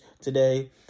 today